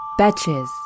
Betches